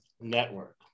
Network